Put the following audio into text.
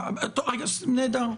נהדר.